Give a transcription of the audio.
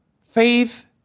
Faith